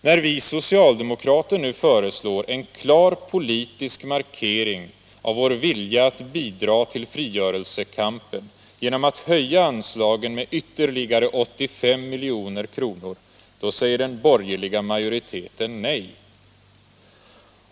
När vi socialdemokrater nu föreslår en klar politisk markering av vår vilja att bidra till frigörelsekampen genom att höja anslaget med ytterligare 85 milj.kr., då säger den borgerliga majoriteten nej.